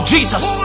Jesus